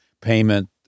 payment